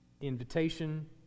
invitation